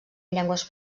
llengües